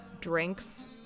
Drinks